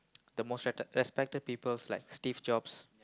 the most respe~ respected people like Steve-Jobs